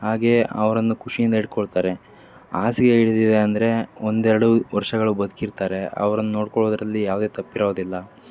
ಹಾಗೇ ಅವ್ರನ್ನು ಖುಷಿಯಿಂದ ಇಟ್ಕೊಳ್ತಾರೆ ಹಾಸ್ಗೆ ಹಿಡ್ದಿದೆ ಅಂದರೆ ಒಂದೆರಡು ವರ್ಷಗಳು ಬದುಕಿರ್ತಾರೆ ಅವ್ರನ್ನು ನೋಡ್ಕೊಳ್ಳೋದ್ರಲ್ಲಿ ಯಾವುದೇ ತಪ್ಪಿರೋದಿಲ್ಲ